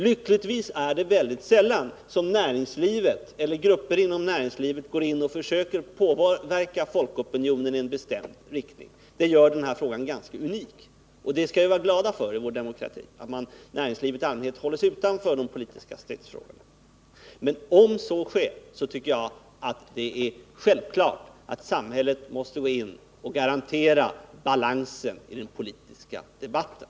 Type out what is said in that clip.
Lyckligtvis är det mycket sällan som näringslivet eller grupper inom näringslivet går in och försöker påverka folkopinionen i en bestämd riktning. Det gör denna fråga ganska unik. Vi skall i vår demokrati vara glada för att näringslivet i allmänhet håller sig utanför de politiska stridsfrågorna, men om så sker tycker jag det är självklart att samhället måste gå in och garantera balansen i den politiska debatten.